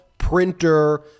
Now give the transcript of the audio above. printer